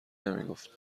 نمیگفتم